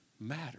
matter